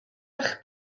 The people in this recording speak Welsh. eich